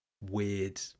weird